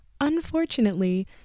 Unfortunately